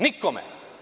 Nikome.